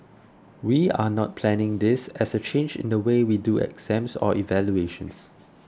we are not planning this as a change in the way we do exams or evaluations